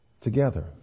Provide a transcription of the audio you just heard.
together